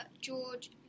George